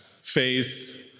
faith